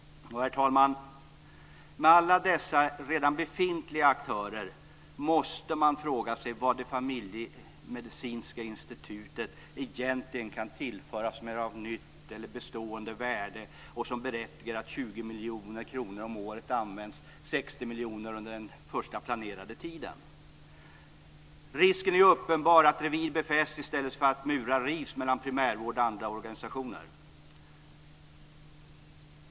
Herr talman! Med alla dessa redan befintliga aktörer måste man fråga sig vad det familjemedicinska institutet egentligen kan tillföra som är av nytt eller bestående värde och som berättigar att 20 miljoner kronor om året används och 60 miljoner under den första planerade tiden. Risken är uppenbar att revir befästs i stället för att murar rivs mellan primärvård och andra organisationer.